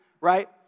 right